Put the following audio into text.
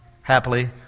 happily